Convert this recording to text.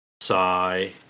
sigh